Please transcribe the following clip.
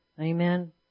Amen